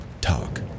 talk